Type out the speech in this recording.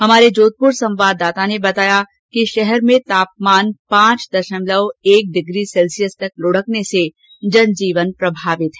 हमारे जोधपुर संवाददाता ने बताया कि शहर में तापमान पांच दशमलव एक डिग्री तक लुढकने से जनजीवन प्रभावित है